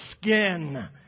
skin